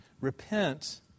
Repent